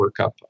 workup